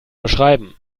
beschreiben